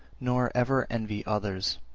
nor ever envy others